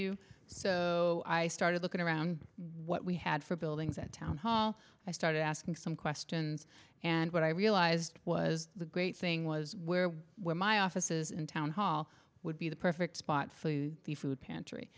you so i started looking around what we had for buildings at town hall i started asking some questions and what i realized was the great thing was where when my offices in town hall would be the perfect spot for the food pantry